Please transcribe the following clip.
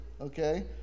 okay